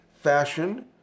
fashion